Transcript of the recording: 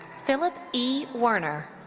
philip e. werner.